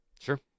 Sure